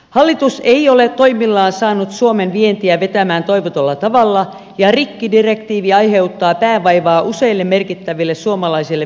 hallitus ei ole toimillaan saanut suomen vientiä vetämään toivotulla tavalla ja rikkidirektiivi aiheuttaa päänvaivaa useille merkittäville suomalaisille vientiyrityksille